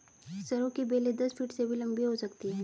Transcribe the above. सरू की बेलें दस फीट से भी लंबी हो सकती हैं